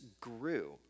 grew